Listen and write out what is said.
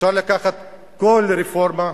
אפשר לקחת כל רפורמה,